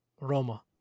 Roma